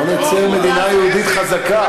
לא, נצא עם מדינה יהודית חזקה.